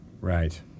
right